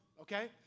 Okay